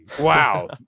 Wow